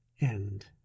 End